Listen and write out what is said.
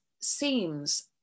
seems